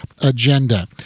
agenda